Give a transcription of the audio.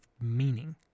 meaning